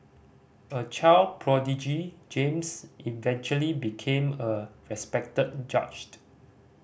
a child prodigy James eventually became a respected judge